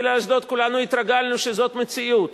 טיל על אשדוד, כולנו התרגלנו שזאת מציאות.